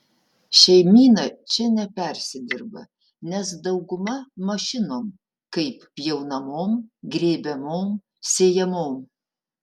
šeimyna čia nepersidirba nes dauguma mašinom kaip pjaunamom grėbiamom sėjamom